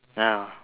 ya